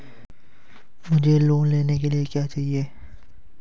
मुझे लोन लेने के लिए क्या चाहिए?